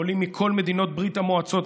העולים מכל מדינות ברית המועצות,